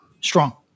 strong